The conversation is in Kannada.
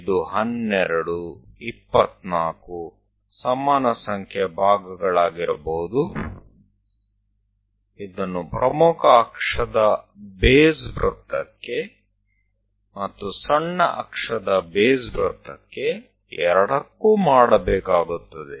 ಇದು 12 24 ಸಮಾನ ಸಂಖ್ಯೆಯ ಭಾಗಗಳಾಗಿರಬಹುದು ಇದನ್ನು ಪ್ರಮುಖ ಅಕ್ಷದ ಬೇಸ್ ವೃತ್ತಕ್ಕೆ ಮತ್ತು ಸಣ್ಣ ಅಕ್ಷದ ಬೇಸ್ ವೃತ್ತಕ್ಕೆ ಎರಡಕ್ಕೂ ಮಾಡಬೇಕಾಗುತ್ತದೆ